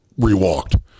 rewalked